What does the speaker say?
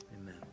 amen